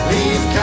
Leave